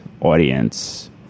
audience